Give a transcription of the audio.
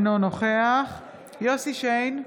אינו נוכח יוסף שיין,